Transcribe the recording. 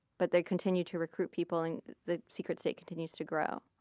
but they continue to recruit people and the secret state continues to grow.